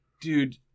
Dude